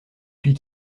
puis